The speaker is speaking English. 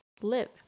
live